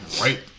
right